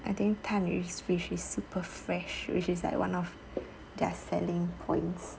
I think 探鱼 fish is super fresh which is like one of their selling points